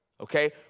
okay